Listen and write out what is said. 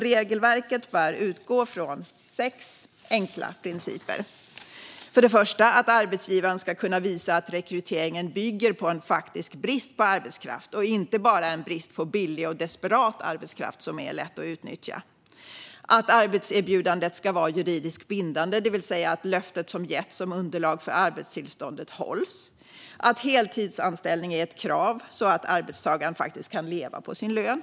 Regelverket bör utgå från sex enkla principer: För det första ska arbetsgivaren kunna visa att rekryteringen bygger på en faktisk brist på arbetskraft och inte bara en brist på billig och desperat arbetskraft som är lätt att utnyttja. För det andra ska arbetserbjudandet vara juridiskt bindande, det vill säga att löftet som getts som underlag för arbetstillståndet hålls. För det tredje ska heltidsanställning vara ett krav, så att arbetstagaren faktiskt kan leva på sin lön.